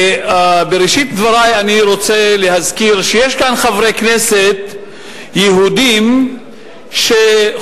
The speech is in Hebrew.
בראשית דברי אני רוצה להזכיר שיש כאן חברי כנסת יהודים שחושבים